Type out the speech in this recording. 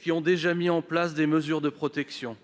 qui ont déjà mis en place des mesures de protection.